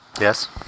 Yes